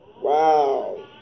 Wow